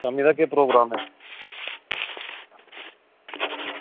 शामीं दा केह् प्रोग्राम ऐ